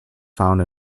found